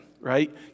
right